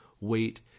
wait